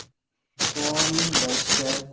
ᱯᱩᱱ ᱵᱟᱹᱭᱥᱟᱹᱠᱷ